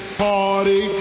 party